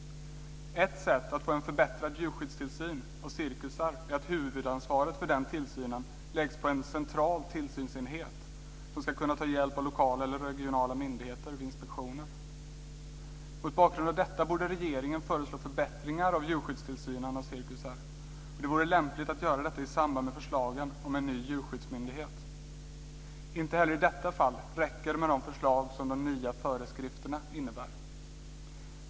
Ett sätt att få förbättrad djurskyddstillsyn på cirkusar är att huvudansvaret för tillsynen läggs på en central tillsynsenhet som ska kunna ta hjälp av lokala eller regionala myndigheter vid inspektioner. Mot bakgrund av detta borde regeringen föreslå förbättringar av djurskyddstillsynen på cirkusar. Det vore lämpligt att göra detta i samband med förslag om en ny djurskyddsmyndighet. Inte heller i detta fall räcker det med de förslag som de nya föreskrifterna innebär.